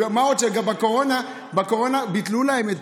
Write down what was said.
מה עוד שגם בקורונה ביטלו להם,